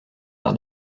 par